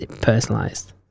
personalized